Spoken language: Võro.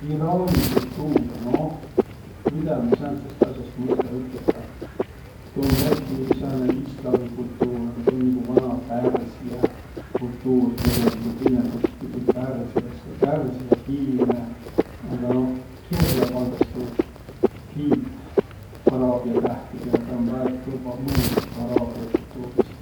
Iraani kultuur, nooh, midä ma sääntsest as'ast mõista üteldäq? Tuu um jälki sääne islami kultuur, aga tuu um nigu Vana-Pärsiä kultuur tegeligult. Innemb kutsuti tuud Pärsiäs ja pärsiäkiilne. Aga noh, kirjä pandas tuud kiilt araabia tähtiga ja taa um väega kõvva mõotõt araabia kultuurist.